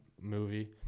movie